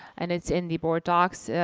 and it's in the board docs.